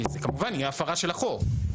זו כמובן תהיה הפרה של החוק.